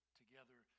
together